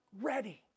ready